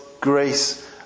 grace